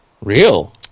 Real